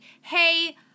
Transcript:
hey